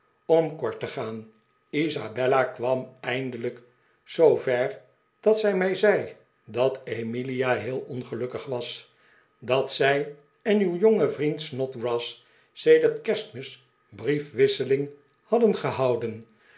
om kort te gaan isabella kwam eindelijk zoover dat zij mij zei dat emilia heel ongelukkig was dat zij en uw jonge vriend snodgrass sedert kerstmis briefwisseling hadden gehouden